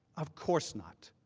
of course not.